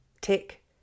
Tick